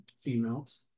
females